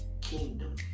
kingdom